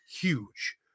huge